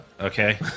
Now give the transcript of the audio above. Okay